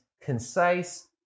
concise